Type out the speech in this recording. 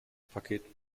paket